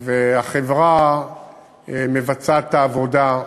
והחברה מבצעת את העבודה.